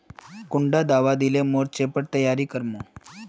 कुंडा दाबा दिले मोर्चे पर तैयारी कर मो?